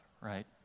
right